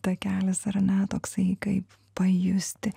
takelis ar ne toksai kaip pajusti